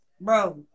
Bro